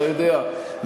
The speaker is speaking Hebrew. אתה יודע,